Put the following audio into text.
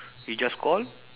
we just call